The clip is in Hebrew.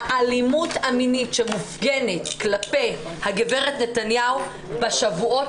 האלימות המינית שמופגנת כלפי הגברת נתניהו בשבועות